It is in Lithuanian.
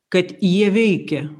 kad jie veikia